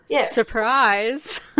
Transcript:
surprise